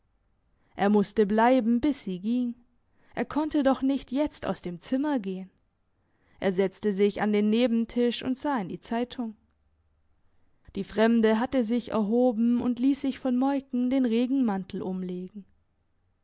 er musste bleiben bis sie ging er konnte doch nicht jetzt aus dem zimmer gehen er setzte sich an den nebentisch und sah in die zeitung die fremde hatte sich erhoben und liess sich von moiken den regenmantel umlegen